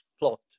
Plot